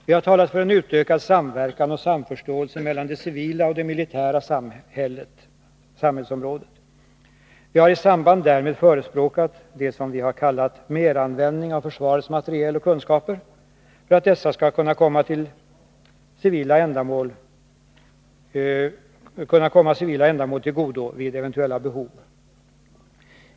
Vi har talat för en utökad samverkan och samförstånd mellan det civila och militära samhällsområdet. Vi har i samband därmed förespråkat det som vi har kallat meranvändning av försvarets materiel och kunskaper för att dessa skall komma civila ändamål till godo vid eventuellt behov.